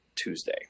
Tuesday